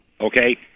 okay